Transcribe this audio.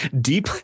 deep